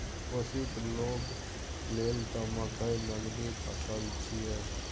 कोशीक लोग लेल त मकई नगदी फसल छियै